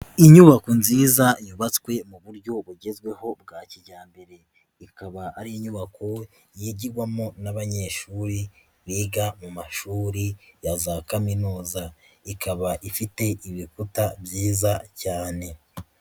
Inyubako nziza yubatswe mu buryo bugezweho bwa kijyambere. Ikaba ari inyubako yigirwamo n'abanyeshuri biga mu mashuri ya za kaminuza. Ikaba ifite ibikuta byiza cyane.